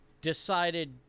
Decided